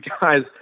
guys